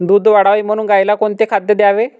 दूध वाढावे म्हणून गाईला कोणते खाद्य द्यावे?